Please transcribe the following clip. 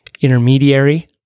intermediary